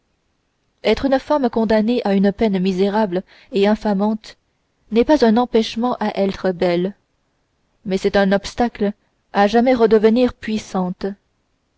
être une femme condamnée à une peine misérable et infamante n'est pas un empêchement à être belle mais c'est un obstacle à jamais redevenir puissante